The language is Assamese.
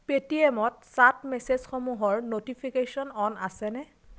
পে' টি এমত চাট মেছেজসমূহৰ ন'টিফিকেচন অন আছেনে